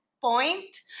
point